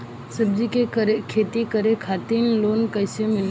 सब्जी के खेती करे खातिर लोन कइसे मिली?